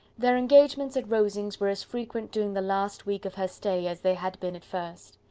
their engagements at rosings were as frequent during the last week of her stay as they had been at first.